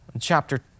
chapter